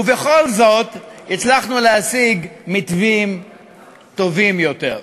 ובכל זאת הצלחנו להשיג מתווים טובים יותר.